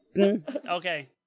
Okay